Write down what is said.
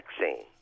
vaccine